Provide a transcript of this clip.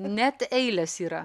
net eilės yra